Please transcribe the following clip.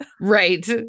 Right